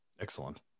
Excellent